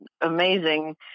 amazing